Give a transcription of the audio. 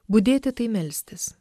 budėti tai melstis